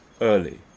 early